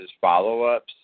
follow-ups